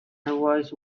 always